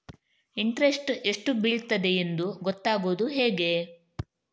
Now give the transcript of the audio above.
Interest ಎಷ್ಟು ಬೀಳ್ತದೆಯೆಂದು ಗೊತ್ತಾಗೂದು ಹೇಗೆ?